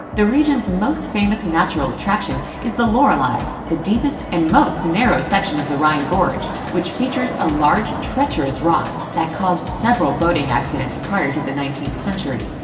the region's most famous natural attraction is the lorelei, the deepest and most narrow section of the rhine gorge, which features a large, treacherous rock that caused several boating accidents prior to the nineteenth century.